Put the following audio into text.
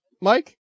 Mike